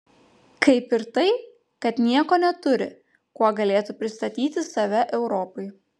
kaip ir tai kad nieko neturi kuo galėtų pristatyti save europai